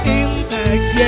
impact